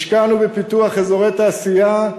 השקענו בפיתוח אזורי תעשייה,